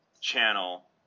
channel